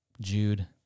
Jude